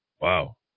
Wow